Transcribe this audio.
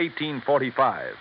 1845